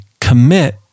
commit